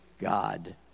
God